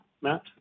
Matt